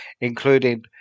including